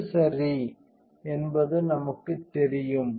எது சரி என்பது நமக்குத் தெரியும்